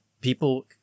people